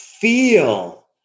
feel